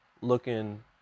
looking